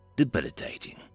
debilitating